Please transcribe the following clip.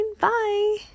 Bye